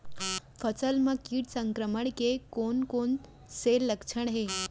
फसल म किट संक्रमण के कोन कोन से लक्षण हे?